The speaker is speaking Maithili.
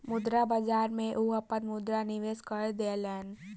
मुद्रा बाजार में ओ अपन मुद्रा निवेश कय देलैन